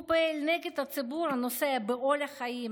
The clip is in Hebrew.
הוא פועל נגד הציבור הנושא בעול החיים,